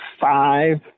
five